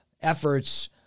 efforts